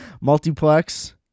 Multiplex